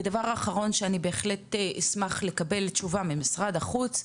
ודבר אחרון שאני בהחלט אשמח לקבל תשובה ממשרד החוץ,